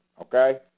okay